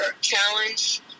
challenge